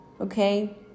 okay